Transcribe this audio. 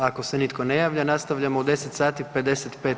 Ako se nitko ne javlja nastavljamo u 10,55